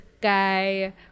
guy